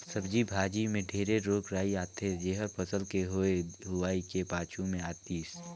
सब्जी भाजी मे ढेरे रोग राई आथे जेहर फसल के होए हुवाए के पाछू मे आतिस